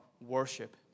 worship